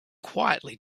quietly